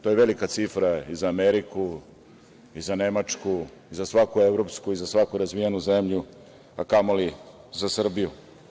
To je velika cifra i za Ameriku, i za Nemačku, i za svaku evropsku i za svaku razvijenu zemlju, a kamoli za Srbiju.